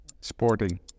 Sporting